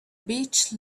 beach